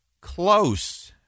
close